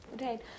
Right